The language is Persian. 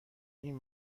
این